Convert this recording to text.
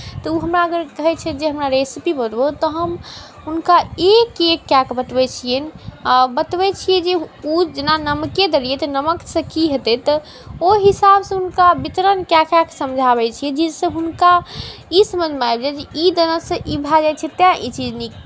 तऽ ओ हमरा अगर कहैत छथि जे रेसिपी बताबू तऽ हम हुनका एक एक कए कऽ बतबैत छिअनि आ बतबैत छियै जे ओ जेना नमके देलियै तऽ नमकसँ की हेतै तऽ ओहि हिसाबसँ हुनका वितरण कए कए कऽ समझाबैत छियै जाहिसँ हुनका ई समझमे आबि जाय जे ई देलासँ ई भए जाइत छै तैँ ई चीज नीक